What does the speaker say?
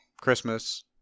Christmas